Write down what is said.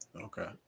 Okay